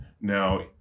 Now